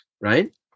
right